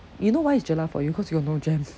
you know why it's jelak for you cause you got no jam